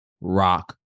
rock